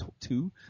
two